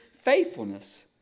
faithfulness